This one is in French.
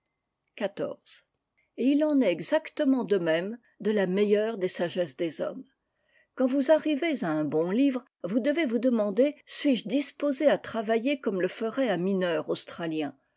et il en est exactement de même de la meilleure sagesse des hommes quand vous arrivez à un bon livre vous devez vous demander suisje disposé à travailler comme le ferait un mineur australien